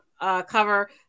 cover